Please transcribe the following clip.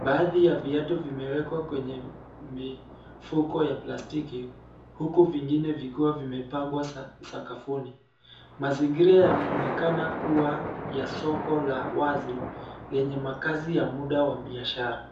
Baadhi ya viatu vimewekwa kwenye mifuko ya plastiki huku vingine vikiwa vimepangwa sakafuni. Mazingira yanaonekana kuwa ya soko la wazi lenye makazi ya muda wa biashara.